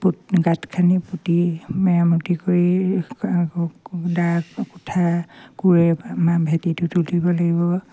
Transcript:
গাঁত খান্দি পুতি মেৰামতি কৰি দা কোঠাৰ কোৰে ভেটিটো তুলিব লাগিব